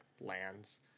lands